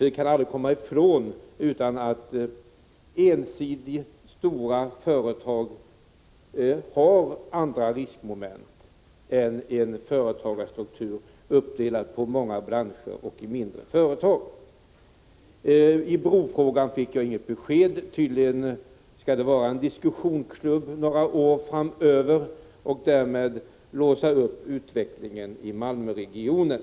Vi kan aldrig komma ifrån att ensidigt stora företag har andra riskmoment än vad en företagarstruktur uppdelad på många branscher och mindre företag innebär. I brofrågan fick jag inget besked. Tydligen skall det vara en diskussionsklubb några år framöver, vilket kommer att låsa upp utvecklingen i Malmöregionen.